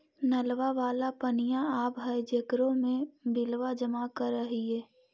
नलवा वाला पनिया आव है जेकरो मे बिलवा जमा करहिऐ?